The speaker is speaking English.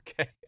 Okay